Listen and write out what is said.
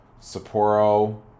Sapporo